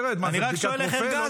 תרד, מה זה, בדיקת רופא?